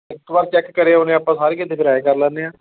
ਇੱਕ ਵਾਰ ਚੈੱਕ ਕਰ ਆਉਂਦੇ ਆਪਾਂ ਸਾਰੇ ਕਿਤੇ ਫਿਰ ਹੈ ਕਰ ਲੈਂਦੇ ਹਾਂ